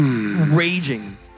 raging